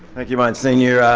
thank you, monsignor.